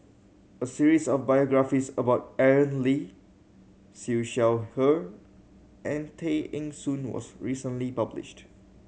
a series of biographies about Aaron Lee Siew Shaw Her and Tay Eng Soon was recently published